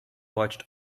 watched